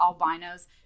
albinos